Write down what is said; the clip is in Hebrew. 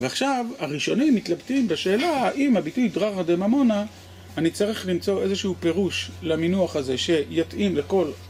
ועכשיו הראשונים מתלבטים בשאלה האם הביטוי דררה דה ממונא אני צריך למצוא איזשהו פירוש למינוח הזה שיתאים לכל